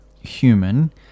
human